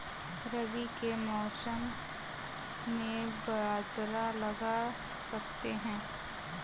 रवि के मौसम में बाजरा लगा सकते हैं?